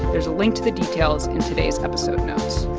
there's a link to the details in today's episode notes